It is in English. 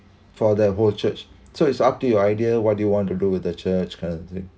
for the whole church so it's up to your idea what do you want to do with the church kind of thing